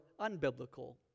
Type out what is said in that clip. unbiblical